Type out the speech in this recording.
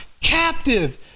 captive